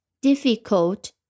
difficult